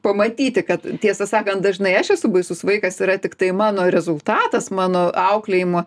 pamatyti kad tiesą sakant dažnai aš esu baisus vaikas yra tiktai mano rezultatas mano auklėjimo